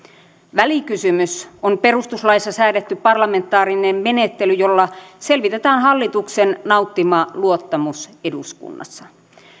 välikysymys on perustuslaissa säädetty parlamentaarinen menettely jolla selvitetään hallituksen nauttima luottamus eduskunnassa